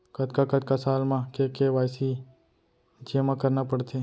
कतका कतका साल म के के.वाई.सी जेमा करना पड़थे?